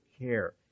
care